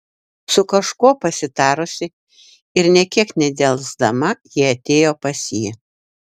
su kažkuo pasitarusi ir nė kiek nedelsdama ji atėjo pas jį